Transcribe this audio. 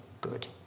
good